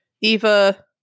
Eva